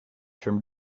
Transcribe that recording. term